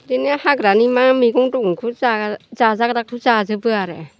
बिदिनो हाग्रानि मा मैगं दं बेखौ जाजाग्राखौ जाजोबो आरो